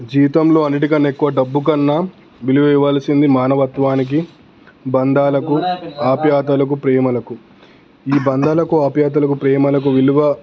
జీవితంలో అన్నిటికన్నా ఎక్కువ డబ్బు కన్నా విలువ ఇవ్వాల్సింది మానవత్వానికి బంధాలకు ఆప్యాయతలకు ప్రేమలకు ఈ బంధాలకు ఆప్యాయతలకు ప్రేమలకు విలువ